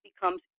becomes